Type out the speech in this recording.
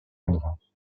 endroits